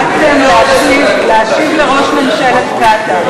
החלטתם להשיב לראש ממשלת קטאר.